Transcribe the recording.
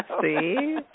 see